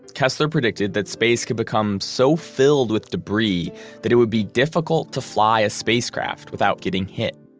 kessler predicted that space could become so filled with debris that it would be difficult to fly a spacecraft without getting hit.